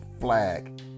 flag